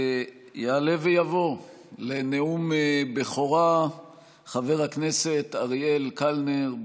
יעלה ויבוא לנאום בכורה חבר הכנסת אריאל קלנר.